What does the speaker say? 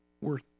worth